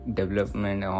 development